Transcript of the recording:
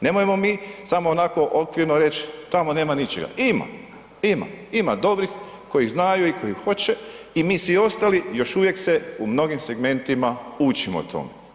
Nemojmo mi samo onako okvirno reći tamo nema ničega, ima, ima, ima dobrih koji znaju i koji hoće i mi svi ostali još uvijek se u mnogim segmentima učimo o tome.